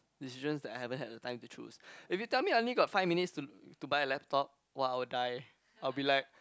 decisions that I haven't had a time to choose if you tell me I only got five minutes to to buy a laptop !wah! I will die I will be like